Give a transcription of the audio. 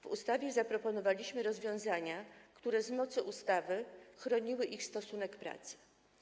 W ustawie zaproponowaliśmy rozwiązania, które z mocy ustawy chroniły ich stosunek pracy.